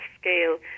scale